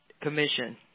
commission